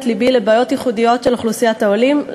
לבי לבעיות ייחודיות של אוכלוסיית העולים,